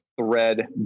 thread